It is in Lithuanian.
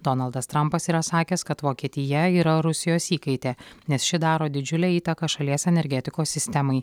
donaldas trampas yra sakęs kad vokietija yra rusijos įkaitė nes ši daro didžiulę įtaką šalies energetikos sistemai